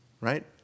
right